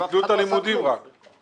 רק ביטלו את הלימודים.